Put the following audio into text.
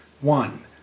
One